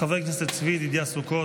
חבר הכנסת צבי ידידיה סוכות,